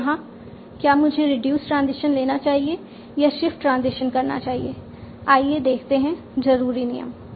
तो यहां क्या मुझे रिड्यूस ट्रांजिशन लेना चाहिए या शिफ्ट ट्रांजिशन करना चाहिए आइए देखते हैं जरूरी नियम